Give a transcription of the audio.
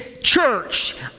church